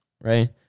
right